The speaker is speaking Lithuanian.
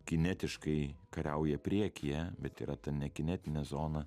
kinetiškai kariauja priekyje bet yra ta nekinetinė zona